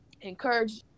encourage